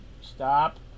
Stop